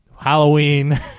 Halloween